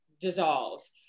dissolves